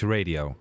Radio